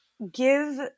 give